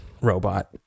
robot